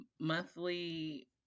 monthly